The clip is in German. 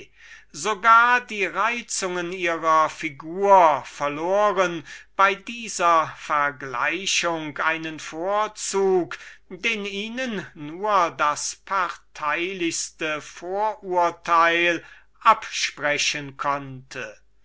die reizungen ihrer figur verloren bei dieser vergleichung einen vorzug den ihnen nur das parteilichste vorurteil absprechen konnte